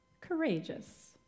courageous